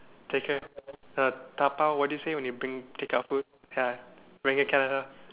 takea~ uh dabao what do you say when you bring take out food ya bring to Canada